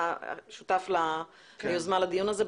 אתה שותף ליוזמה לדיון הזה,